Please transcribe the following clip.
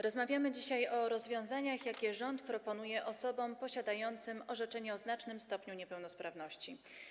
Rozmawiamy dzisiaj o rozwiązaniach, jakie rząd proponuje osobom posiadającym orzeczenie o znacznym stopniu niepełnosprawności.